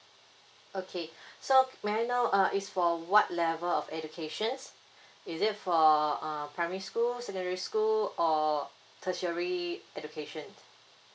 okay so may I know uh is for what level of education is it for uh primary school secondary school or tertiary education